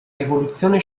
rivoluzione